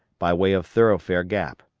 by way of thoroughfare gap.